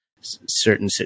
certain